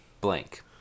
blank